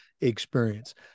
experience